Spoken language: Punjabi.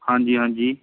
ਹਾਂਜੀ ਹਾਂਜੀ